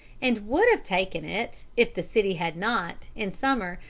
and would have taken it if the city had not, in summer,